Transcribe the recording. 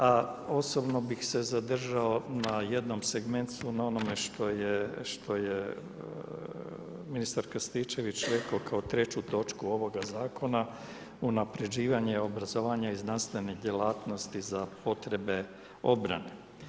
A osobno bih se zadržao na jednom segmentu na onome što je ministar Krstičević kao treću točku ovoga zakona, unapređivanje obrazovanja i znanstvene djelatnosti za potrebe obrane.